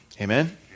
Amen